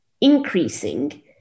increasing